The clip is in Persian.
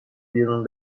بیرون